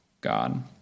God